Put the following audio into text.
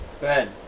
Ben